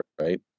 right